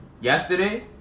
Yesterday